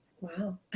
wow